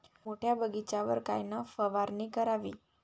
मोठ्या बगीचावर कायन फवारनी करावी?